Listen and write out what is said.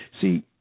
See